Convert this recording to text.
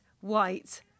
white